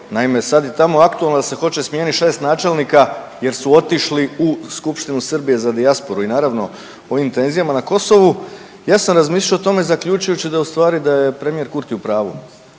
naime sad je tamo aktualno da se hoće smijenit 6 načelnika jer su otišli u Skupštinu Srbije za dijasporu i naravno ovim tenzijama na Kosovu, ja sam razmišljao o tome zaključujući da u stvari da je premijer Kurti u pravu